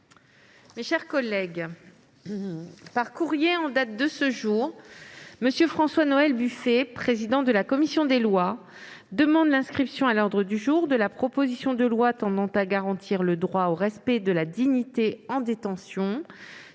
Le Sénat a adopté. Par courrier en date de ce jour, M. François-Noël Buffet, président de la commission des lois, demande l'inscription à l'ordre du jour de la proposition de loi tendant à garantir le droit au respect de la dignité en détention,